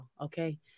okay